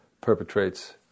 perpetrates